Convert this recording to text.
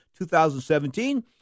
2017